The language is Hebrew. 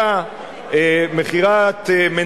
של מכירת גרעיני שליטה,